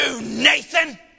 Nathan